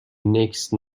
next